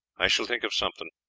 i shall think of something.